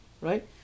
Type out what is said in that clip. Right